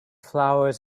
flowers